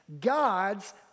God's